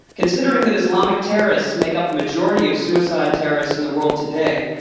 considering that islamic terrorists make up the majority of suicide terrorists in the world today,